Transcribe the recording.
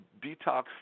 detox